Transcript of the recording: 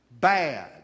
Bad